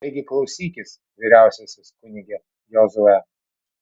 taigi klausykis vyriausiasis kunige jozue